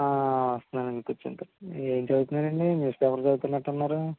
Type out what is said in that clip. వస్తున్నానండి కూర్చోండి కు ఏం చదువుతున్నారండి న్యూస్ పేపర్ చదువుతునట్టున్నారు